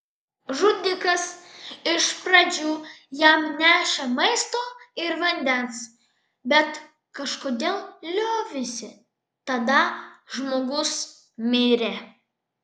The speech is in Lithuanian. žudikas iš pradžių jam nešė maisto ir vandens bet kažkodėl liovėsi tada žmogus mirė